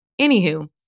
Anywho